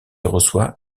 reçoit